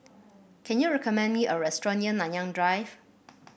can you recommend me a restaurant near Nanyang Drive